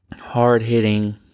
Hard-hitting